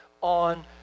on